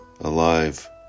alive